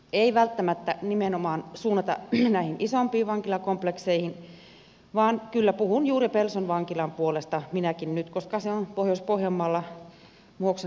ei välttämättä pidä nimenomaan suunnata näihin isompiin vankilakomplekseihin vaan kyllä puhun juuri pelson vankilan puolesta minäkin koska se on pohjois pohjanmaalla muhoksen naapurikunnassa